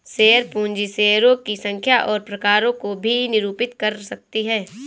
share पूंजी शेयरों की संख्या और प्रकारों को भी निरूपित कर सकती है